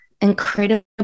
incredible